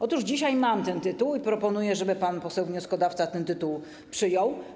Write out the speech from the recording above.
Otóż dzisiaj mam ten tytuł i proponuję, żeby pan poseł wnioskodawca ten tytuł przyjął.